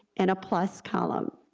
and a plus column.